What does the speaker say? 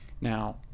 Now